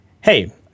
hey